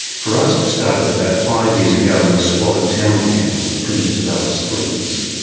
for us it started about five years ago in a squalid town camp on the fringes of alice springs,